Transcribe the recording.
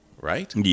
right